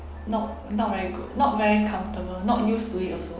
not not very good not very comfortable not used to it also